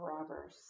robbers